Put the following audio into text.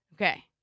Okay